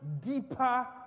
deeper